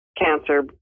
cancer